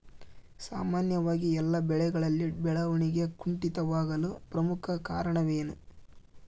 ಸಾಮಾನ್ಯವಾಗಿ ಎಲ್ಲ ಬೆಳೆಗಳಲ್ಲಿ ಬೆಳವಣಿಗೆ ಕುಂಠಿತವಾಗಲು ಪ್ರಮುಖ ಕಾರಣವೇನು?